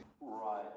right